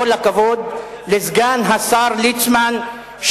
כל הכבוד לסגן השר ליצמן,